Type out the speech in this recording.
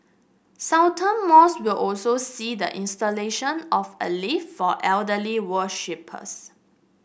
Sultan Mosque will also see the installation of a lift for elderly worshippers